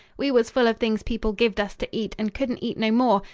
we was full of things people gived us to eat and couldn't eat no more.